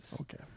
Okay